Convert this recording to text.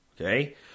Okay